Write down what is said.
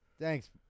Thanks